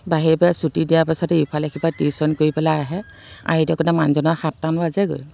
বাহিৰে বাহিৰে চুটি দিয়াৰ পাছতে ইফালে সিফালে টিউচন কৰি পেলাই আহে আহি থাকোঁতে মানুহজনৰ সাতটামান বাজেগৈ